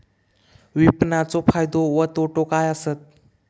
विपणाचो फायदो व तोटो काय आसत?